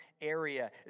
area